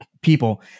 people